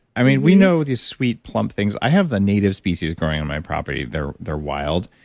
i mean, we know these sweet plump things. i have the native species growing on my property. they're they're wild.